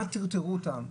טרטרו אותם,